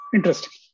Interesting